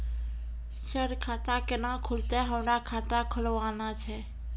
Sir खाता केना खुलतै, हमरा खाता खोलवाना छै?